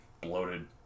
bloated